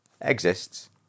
exists